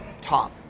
top